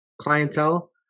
clientele